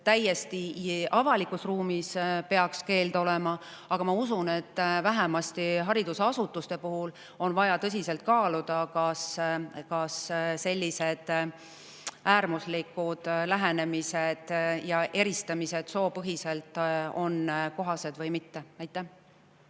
kogu avalikus ruumis peaks keeld olema, aga ma usun, et vähemasti haridusasutuste puhul on vaja tõsiselt kaaluda, kas sellised äärmuslikud soopõhised lähenemised ja eristamised on kohased või mitte. Anti